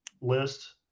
list